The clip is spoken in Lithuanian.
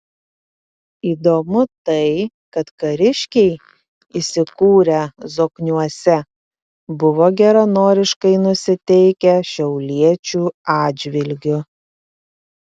įdomu tai kad kariškiai įsikūrę zokniuose buvo geranoriškai nusiteikę šiauliečių atžvilgiu